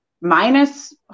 minus